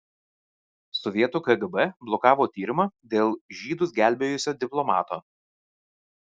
sovietų kgb blokavo tyrimą dėl žydus gelbėjusio diplomato